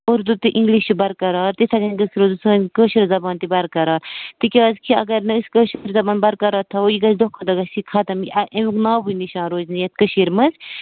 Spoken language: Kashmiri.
اُردو تہٕ اِنٛگِلَش چھِ برقرار تِتھٕے کٔنۍ گٔژھ روزٕنۍ سٲنۍ کٲشِر زبان تہِ بَرقرار تِکیٛازِ کہِ اَگر نہَ أسۍ کٲشِر زبان بَرقرار تھاوَو یہِ گژھِ دۄہ کھۄتہٕ دۄہ گژھِ یہِ ختم یہِ اَمیُک ناوٕے نِشان روزِ نہٕ یَتھ کٔشیٖرِ منٛز